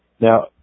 Now